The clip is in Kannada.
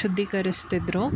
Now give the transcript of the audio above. ಶುದ್ಧೀಕರಿಸ್ತಿದ್ರು